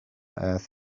earth